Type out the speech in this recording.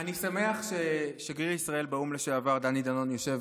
אני שמח ששגריר ישראל באו"ם לשעבר דני דנון יושב